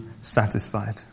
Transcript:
satisfied